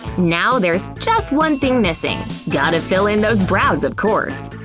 now there's just one thing missing, gotta fill in those brows, of course.